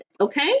okay